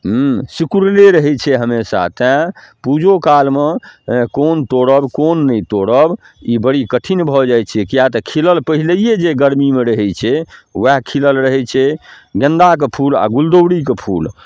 हुँ सिकुड़ले रहै छै हमेशा तेँ पूजो कालमे हेँ कोन तोड़ब कोन नहि तोड़ब ई बड़ी कठिन भऽ जाइ छै किएक तऽ खिलल पहिलहिए जे गरमीमे रहै छै वएह खिलल रहै छै गेन्दाके फूल आओर गुलदौड़ीके फूल